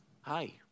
Hi